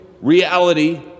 reality